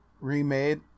remade